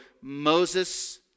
Moses